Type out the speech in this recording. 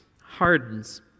hardens